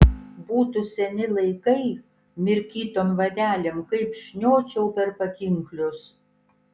būtų seni laikai mirkytom vadelėm kaip šniočiau per pakinklius